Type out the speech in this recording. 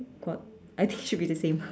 what I think should be the same